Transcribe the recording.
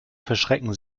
verschrecken